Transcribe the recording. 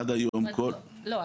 עד היום כל --- לא,